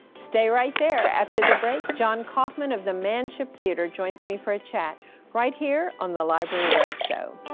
stay right there. after the break, john kaufman of the manship theatre joins me for a chat right here on the library road show.